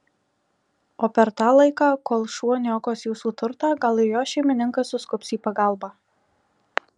o per tą laiką kol šuo niokos jūsų turtą gal ir jo šeimininkas suskubs į pagalbą